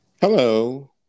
Hello